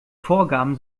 vorgaben